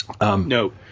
No